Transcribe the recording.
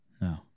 No